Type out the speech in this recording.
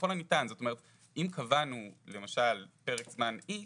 אם קבענו למשל פרק זמן X